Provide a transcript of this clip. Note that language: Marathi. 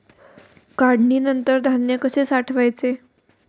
काढणीनंतर धान्य कसे साठवायचे?